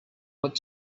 what